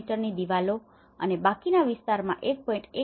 7 મીટરની દિવાલો અને બાકીના વિસ્તારમાં 1